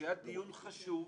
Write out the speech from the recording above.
כשהיה דיון חשוב,